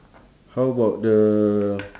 how about the